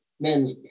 men's